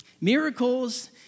Miracles